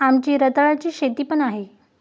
आमची रताळ्याची शेती पण आहे